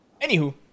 Anywho